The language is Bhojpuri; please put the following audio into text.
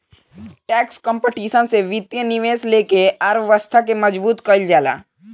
टैक्स कंपटीशन से वित्तीय निवेश लेके अर्थव्यवस्था के मजबूत कईल जाला